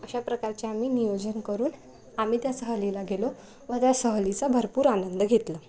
अशा प्रकारचे आम्ही नियोजन करून आम्ही त्या सहलीला गेलो व त्या सहलीचा भरपूर आनंद घेतला